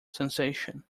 sensation